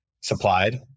supplied